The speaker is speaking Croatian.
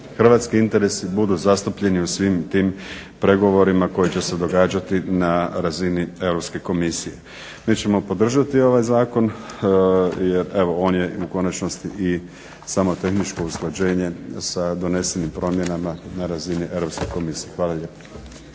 hrvatski interesi budu zastupljeni u svim tim pregovorima koji će se događati na razini Europske komisije. Mi ćemo podržati ovaj zakon jer evo on je i u konačnosti i samo tehničko usklađenje sa donesenim promjenama na razini Europske komisije. Hvala lijepa.